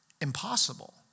impossible